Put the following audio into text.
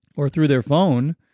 or through their phone.